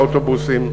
לאוטובוסים,